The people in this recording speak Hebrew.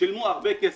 שילמו הרבה כסף: